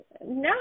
no